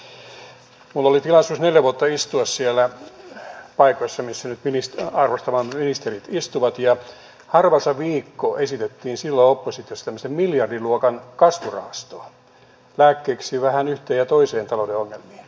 minulla oli tilaisuus neljä vuotta istua siellä paikoissa missä arvostamani ministerit nyt istuvat ja silloin harva se viikko oppositiossa esitettiin tämmöistä miljardiluokan kasvurahastoa lääkkeeksi vähän yhteen ja toiseen talouden ongelmaan